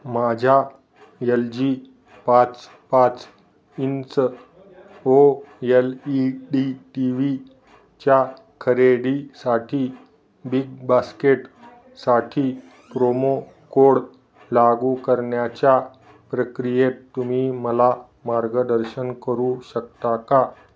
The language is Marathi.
माझ्या यल जी पाच पाच inch O L E D T व्हीच्या खरेदीसाठी बिग बास्केट साठी प्रोमो कोड लागू करण्याच्या प्रक्रियेत तुम्ही मला मार्गदर्शन करू शकता का